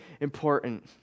important